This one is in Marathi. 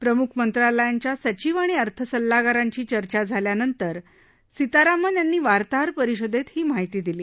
प्रमुख मंत्रालयांच्या सचिव आणि अर्थ सल्लागारांशी चर्चा झाल्यानंतर सीतारामन यांनी वार्ताहर परिषदेत ही माहिती दिली